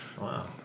Wow